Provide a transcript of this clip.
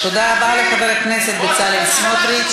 אבל ראש הממשלה שלך אומר "שתי מדינות לשני עמים".